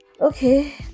okay